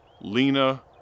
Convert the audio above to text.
Lena